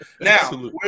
Now